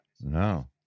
No